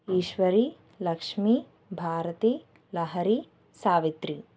Eshwari Lakshmi Bharati Lahari Savitri